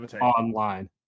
online